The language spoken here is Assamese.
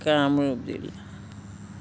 কামৰূপ জিলা